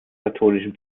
katholischen